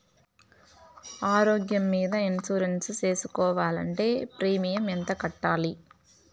ఆరోగ్యం మీద ఇన్సూరెన్సు సేసుకోవాలంటే ప్రీమియం ఎంత కట్టాలి?